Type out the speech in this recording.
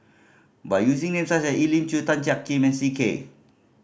by using names such as Elim Chew Tan Jiak Kim and C K